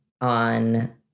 on